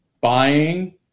buying